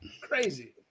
Crazy